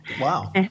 Wow